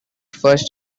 first